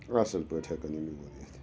اَصٕل پٲٹھۍ ہٮ۪کن یِم یور یِتھ